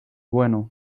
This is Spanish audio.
bueno